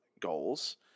goals